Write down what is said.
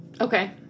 Okay